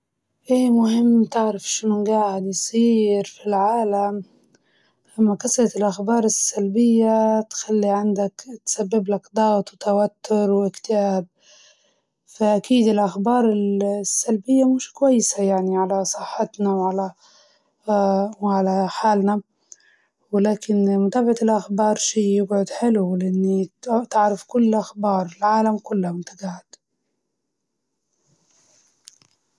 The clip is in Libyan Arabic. متابعة الأخبار مهمة عشان نكون على دراية بالعالم اللي قدامنا، وإيش جاعد يصير فيه، لكن لازم نكونو حذرين من المعلومات الغلط، وما نخلوا الأخبار تأثر علينا بشكل سلبي وعلى حياتنا النفسية.